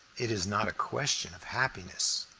it is not a question of happiness.